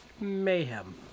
Mayhem